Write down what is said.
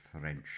French